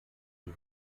die